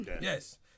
yes